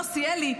יוסי אלי,